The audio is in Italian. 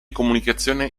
comunicazione